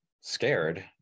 scared